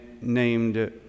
named